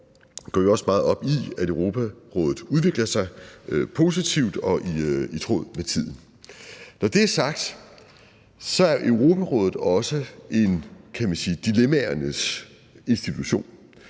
går vi også meget op i, at Europarådet udvikler sig positivt og i tråd med tiden. Når det er sagt, er Europarådet også en dilemmaernes institution,